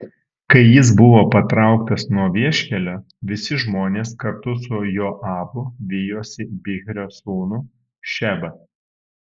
kai jis buvo patrauktas nuo vieškelio visi žmonės kartu su joabu vijosi bichrio sūnų šebą